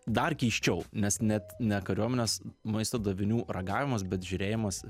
dar keisčiau nes net ne kariuomenės maisto davinių ragavimas bet žiūrėjimas